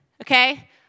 okay